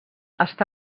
està